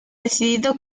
decidido